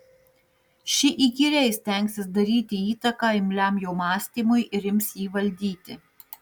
ši įkyriai stengsis daryti įtaką imliam jo mąstymui ir ims jį valdyti